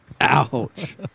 Ouch